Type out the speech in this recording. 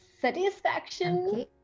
Satisfaction